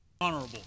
Honorable